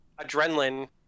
Adrenaline